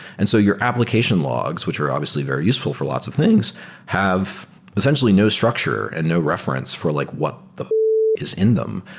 and so your application logs, which are obviously very useful for lots of things have essentially no structure and no reference for like what the fuck is in them.